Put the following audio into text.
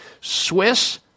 Swiss